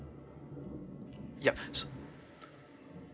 yup